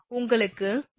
உங்களுக்கு 158